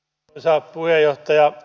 arvoisa puheenjohtaja